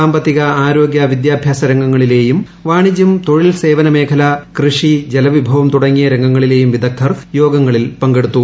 സാമ്പത്തിക ആരോഗൃ വിദ്യാഭ്യാസ രംഗങ്ങളിലെയും വാണിജൃം തൊഴിൽ സേവന മേഖല കൃഷി ജലവിഭവം തുടങ്ങിയ രംഗങ്ങളിലെയും വിദഗ്ധർ യോഗങ്ങളിൽ പങ്കെടുത്തു